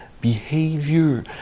behavior